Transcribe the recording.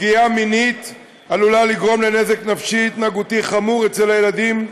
פגיעה מינית עלולה לגרום לנזק נפשי-התנהגותי חמור אצל הילדים,